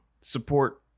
support